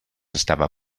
stava